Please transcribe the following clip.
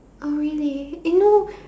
oh really eh no